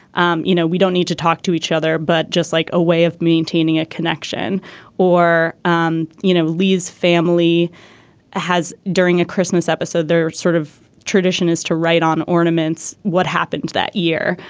um you know we don't need to talk to each other but just like a way of maintaining a connection or um you know lee's family has during a christmas episode they're sort of tradition is to write on ornaments. what happens that year.